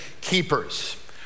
keepers